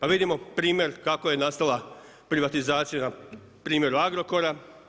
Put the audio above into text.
A vidimo primjer kako je nastala privatizacija na primjeru Agrokora.